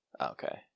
Okay